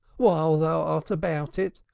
while thou art about it,